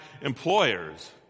employers